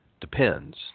depends